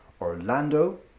Orlando